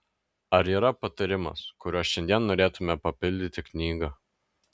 ar yra patarimas kuriuo šiandien norėtumėte papildyti knygą